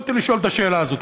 יכולתי לשאול את השאלה הזאת.